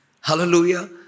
Hallelujah